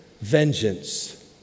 vengeance